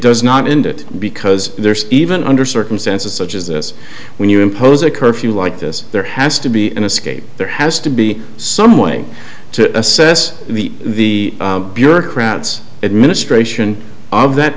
does not end it because there's even under circumstances such as this when you impose a curfew like this there has to be an escape there has to be some way to assess the bureaucrats administration ob that